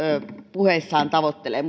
puheissaan tavoittelee